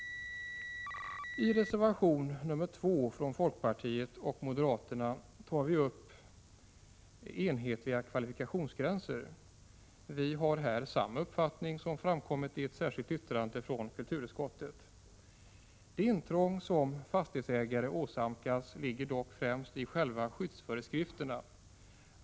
I reservation nr 2 från folkpartiet och moderaterna tar vi upp enhetliga kvalifikationsgränser. Vi har här samma uppfattning som den som framkommit i ett särskilt yttrande från kulturutskottet. De intrång som fastighetsägare åsamkas ligger dock främst i själva skyddsföreskrifterna.